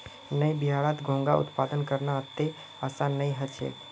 नइ बिहारत घोंघा उत्पादन करना अत्ते आसान नइ ह छेक